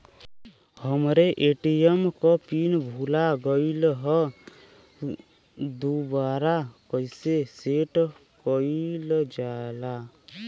हमरे ए.टी.एम क पिन भूला गईलह दुबारा कईसे सेट कइलजाला?